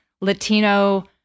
Latino